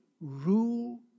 rule